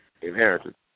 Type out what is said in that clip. Inheritance